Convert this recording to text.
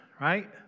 right